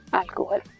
alcohol